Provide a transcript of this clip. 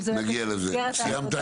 אבל אני סומכת עליך,